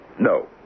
No